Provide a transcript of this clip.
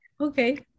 okay